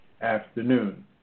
afternoon